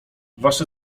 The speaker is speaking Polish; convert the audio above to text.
wasze